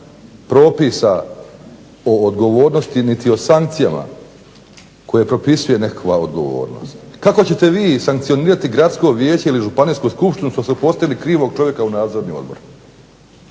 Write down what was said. propisa o odgovornosti niti o sankcijama koje propisuje nekakva odgovornost. Kako ćete vi sankcionirati Gradsko vijeće ili Županijsku skupštinu što su postavili krivog čovjeka u nadzorni odbor?